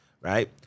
right